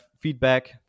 feedback